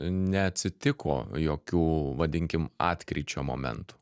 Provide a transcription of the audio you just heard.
neatsitiko jokių vadinkim atkryčio momentų